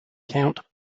count